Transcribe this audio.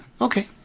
Okay